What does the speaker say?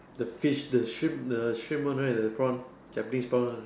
the fish the shrimp the shrimp one right the prawn Japanese prawn one